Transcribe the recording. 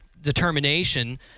determination